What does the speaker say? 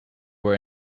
were